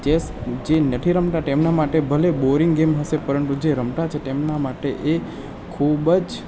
chess જે નથી રમતા તેમના માટે ભલે બોરિંગ ગેમ હશે પરંતુ જે રમતા છે તેમના માટે એ ખૂબ જ